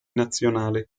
nazionale